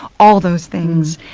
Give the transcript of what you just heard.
all those things.